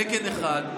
תקן אחד,